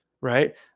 right